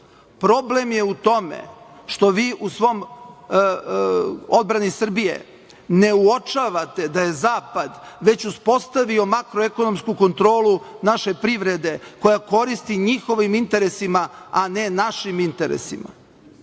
isto. Problem je u tome što vi u odbrani Srbije ne uočavate da je zapad već uspostavio makroekonomsku kontrolu naše privrede koja koristi njihovim interesima, a ne našim interesima.